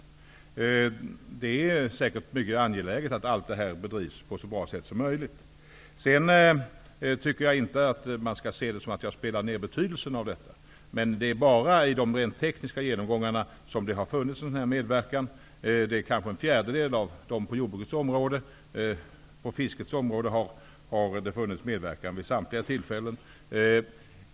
Det är säkert mycket angeläget att detta arbete bedrivs på ett så bra sätt som möjligt. Jag tycker inte att man skall se det så att jag spelar ner betydelsen av detta. Det är bara vid de rent tekniska genomgångarna som det har skett en sådan här medverkan, kanske vid en fjärdedel av genomgångarna på jordbrukets område. På fiskets område har det skett en medverkan vid samtliga tillfällen.